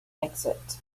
exit